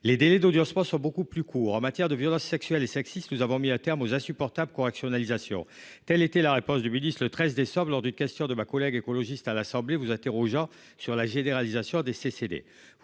les délais d'audiencement soit beaucoup plus court en matière de violences sexuelles et sexistes. Nous avons mis à terme aux insupportable correctionnalisation telle était la réponse du milices le 13 décembre lors d'une question de ma collègue écologiste à l'Assemblée vous interrogeant sur la généralisation des CCD